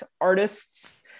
artist's